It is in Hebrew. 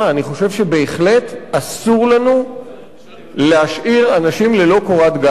אני חושב שבהחלט אסור לנו להשאיר אנשים ללא קורת-גג,